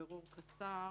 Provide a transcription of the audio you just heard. בירור קצר.